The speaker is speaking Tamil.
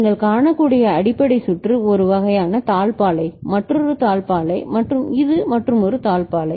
நீங்கள் காணக்கூடிய அடிப்படை சுற்று ஒரு வகையான தாழ்ப்பாளை மற்றொரு தாழ்ப்பாளை மற்றும் இது மற்றொரு தாழ்ப்பாளை